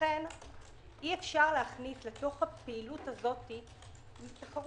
לכן אי אפשר להכניס לפעילות הזאת מתחרות,